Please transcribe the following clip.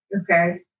Okay